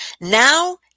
Now